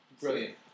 Brilliant